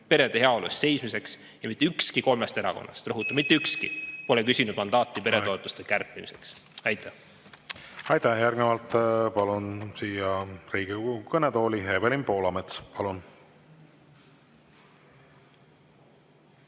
perede heaolu eest seismiseks ning mitte ükski kolmest erakonnast – rõhutan: mitte ükski – pole küsinud mandaati peretoetuste kärpimiseks. Aitäh! Aitäh! Järgnevalt palun Riigikogu kõnetooli Evelin Poolametsa. Palun!